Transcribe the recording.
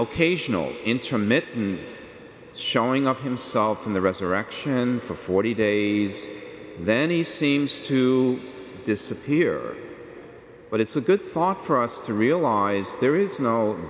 occasional intermittent showing of himself in the resurrection for forty days then he seems to disappear but it's a good thought for us to realize there is no